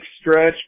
stretch